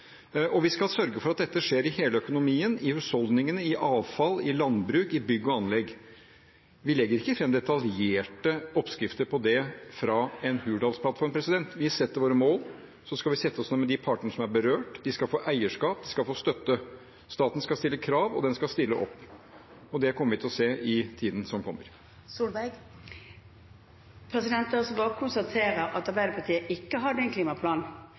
Og vi skal sørge for at dette skjer i hele økonomien, i husholdningene, i avfall, i landbruk, i bygg og anlegg. Vi legger ikke fram detaljerte oppskrifter på det i en hurdalsplattform. Vi setter våre mål. Så skal vi sette oss ned med de partene som er berørt, de skal få eierskap og støtte. Staten skal stille krav, og den den skal stille opp. Det kommer vi til å se i tiden som kommer. Det er altså bare å konstatere at Arbeiderpartiet ikke har den klimaplanen